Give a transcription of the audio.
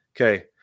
Okay